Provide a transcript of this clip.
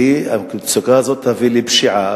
כי המצוקה הזאת תביא לפשיעה,